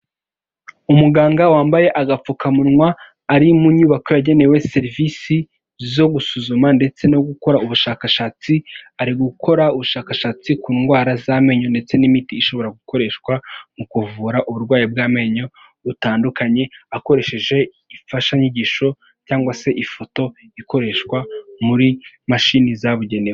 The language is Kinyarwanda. Umuganga wambaye agapfukamunwa ari mu nyubako yagenewe serivisi zo gusuzuma ndetse no gukora ubushakashatsi, ari gukora ubushakashatsi ku ndwara z'amenyo ndetse n'imiti ishobora gukoreshwa mu kuvura uburwayi bw'amenyo butandukanye, akoresheje imfashanyigisho cyangwa se ifoto ikoreshwa muri mashini zabugenewe.